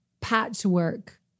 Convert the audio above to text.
patchwork